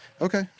Okay